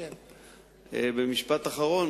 במשפט אחרון,